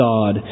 God